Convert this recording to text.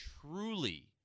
truly